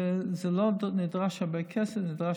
ולא נדרש הרבה כסף, נדרשות